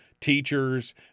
teachers